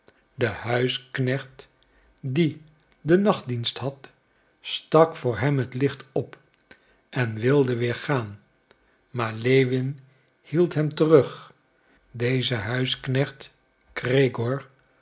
de huisknecht die den nachtdienst had stak voor hem het licht op en wilde weer gaan maar lewin hield hem terug deze huisknecht gregoor